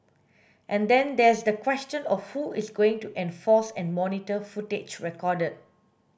and then there's the question of who is going to enforce and monitor footage recorded